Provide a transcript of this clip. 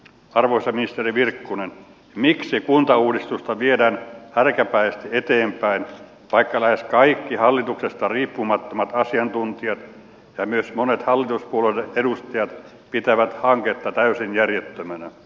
arvoisa ministeri virkkunen miksi kuntauudistusta viedään härkäpäisesti eteenpäin vaikka lähes kaikki hallituksesta riippumattomat asiantuntijat ja myös monet hallituspuolueiden edustajat pitävät hanketta täysin järjettömänä